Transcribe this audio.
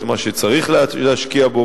את מה שצריך להשקיע בו.